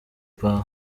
part